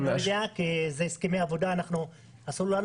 אני לא יודע כי מדובר בהסכמי עבודה ואסור לנו